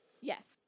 Yes